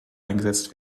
eingesetzt